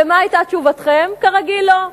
ומה היתה תשובתכם, כרגיל, לא.